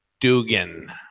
Dugan